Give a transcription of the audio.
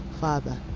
Father